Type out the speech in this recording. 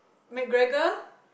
McGregor